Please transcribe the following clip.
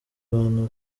bantu